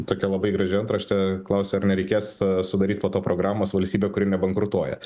tokia labai graži antraštė klausia ar nereikės sudaryt po to programos valstybė kuri nebankrutuoja